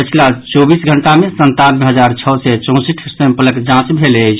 पछिला चौबीस घंटा मे संतानवे हजार छओ सय चौंसठि सैम्पलक जांच भेल अछि